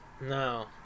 No